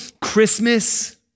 Christmas